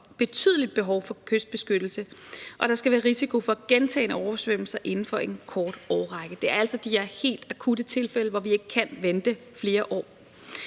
og betydelig behov for kystbeskyttelse, og der skal være risiko for gentagne oversvømmelser inden for en kort årrække. Det er altså de her helt akutte tilfælde, hvor vi ikke kan vente flere år.